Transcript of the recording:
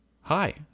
Hi